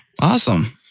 awesome